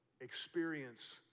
experience